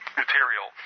material